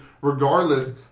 regardless